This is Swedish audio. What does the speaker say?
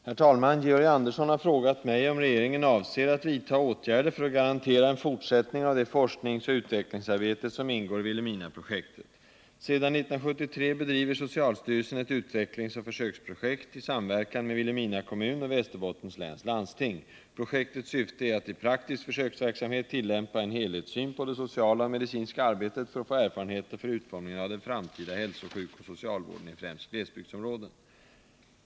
Herr talman! Georg Andersson har frågat mig om regeringen avser att vidta åtgärder för att garantera en fortsättning av det forskningsoch utvecklingsarbete som ingår i Vilhelminaprojektet. Sedan 1973 bedriver socialstyrelsen ett utvecklingsoch försöksprojekt i samverkan med Vilhelmina kommun och Västerbottens läns landsting. Projektets syfte är att i praktisk försöksverksamhet tillämpa en helhetssyn på det sociala och medicinska arbetet för att få erfarenheter för utformningen av den framtida hälso-, sjukoch socialvården i främst glesbygdsområden.